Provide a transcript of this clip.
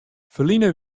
ferline